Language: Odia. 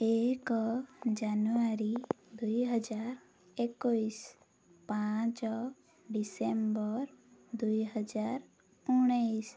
ଏକ ଜାନୁଆରୀ ଦୁଇହଜାର ଏକୋଇଶ ପାଞ୍ଚ ଡିସେମ୍ବର ଦୁଇହଜାର ଉଣେଇଶ